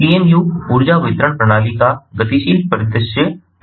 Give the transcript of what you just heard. PMU ऊर्जा वितरण प्रणाली का गतिशील परिदृश्य प्रदान करता है